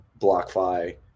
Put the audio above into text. BlockFi